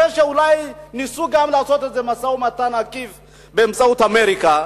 אחרי שאולי ניסו גם לעשות איזה משא-ומתן עקיף באמצעות אמריקה?